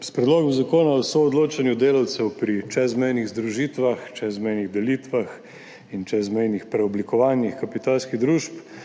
S predlogom zakona o soodločanju delavcev pri čezmejnih združitvah, čezmejnih delitvah in čezmejnih preoblikovanjih kapitalskih družb